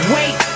Wait